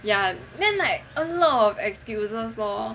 ya then like a lot of excuses lor